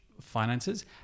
finances